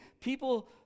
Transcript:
People